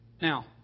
Now